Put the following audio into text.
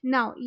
Now